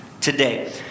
today